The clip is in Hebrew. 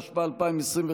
התשפ"א 2021,